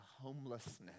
homelessness